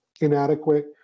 inadequate